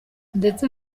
ndetse